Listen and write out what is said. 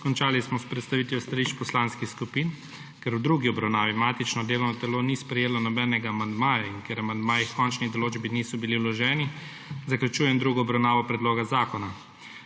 Končali smo s predstavitvijo stališč poslanskih skupin. Ker v drugi obravnavi matično delovno telo ni sprejelo nobenega amandmaja in ker amandmaji h končni določbi niso bili vloženi, zaključujem drugo obravnavo predloga zakona.